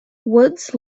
woods